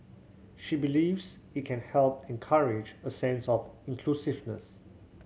she believes it can help encourage a sense of inclusiveness